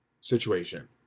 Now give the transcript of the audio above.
situation